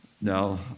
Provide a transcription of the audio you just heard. Now